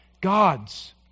God's